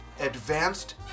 advanced